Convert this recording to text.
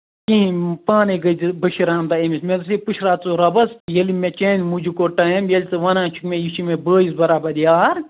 کِہیٖنٛۍ پانَے گٔژھۍزِ بٔشیٖر احمدا أمِس ؤنۍزِ پٔشراو ژٕ رۄبَس ییٚلہِ مےٚ چانہِ موٗجوٗب کوٚڑ ٹایم ییٚلہِ ژٕ وَنان چھُکھ مےٚ یہِ چھُ مےٚ بٲیِس برابر یار